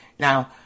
Now